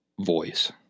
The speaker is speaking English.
voice